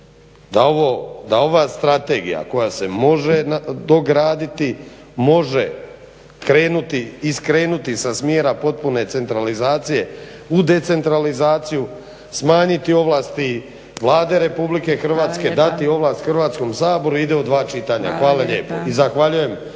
da ova strategija koja se može dograditi, može krenuti i skrenuti sa smjera potpune centralizacije u decentralizaciju, smanjiti ovlasti Vlade RH, dati ovlast Hrvatskom saboru ide u dva čitanja. Hvala lijepo i zahvaljujem